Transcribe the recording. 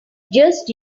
just